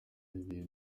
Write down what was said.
olivier